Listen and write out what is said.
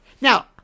Now